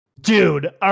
Dude